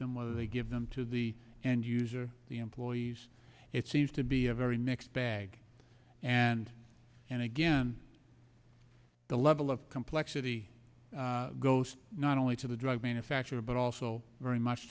them whether they give them to the end user the employees it seems to be a very mixed bag and and again the level of complexity ghost not only to the drug manufacturer but also very much